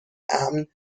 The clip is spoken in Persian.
امن